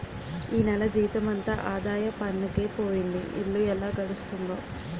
ఈ నెల జీతమంతా ఆదాయ పన్నుకే పోయింది ఇల్లు ఎలా గడుస్తుందో